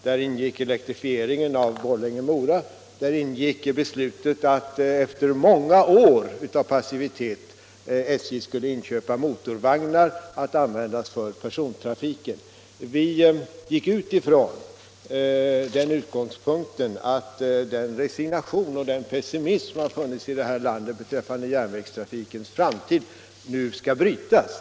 Däri ingick också elektrifieringen av banan Borlänge-Mora och beslutet att SJ efter många år av passivitet skulle inköpa motorvagnar att användas för persontrafiken. Vi hade tagit till utgångspunkt att den resignation och den pessimism som funnits i detta land beträffande järnvägstrafikens framtid nu skall brytas.